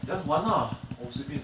just 玩 lah 我随便